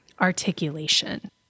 articulation